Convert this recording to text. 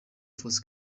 force